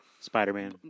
spider-man